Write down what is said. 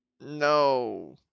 No